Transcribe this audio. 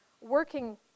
Working